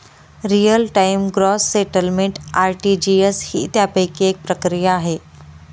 real time gross settlement RTGS ही त्यापैकी एक प्रक्रिया आहे